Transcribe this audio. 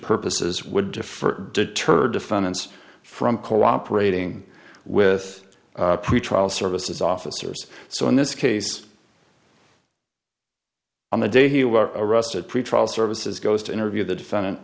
purposes would defer deter defendants from cooperating with pretrial services officers so in this case on the day he were arrested pretrial services goes to interview the defendant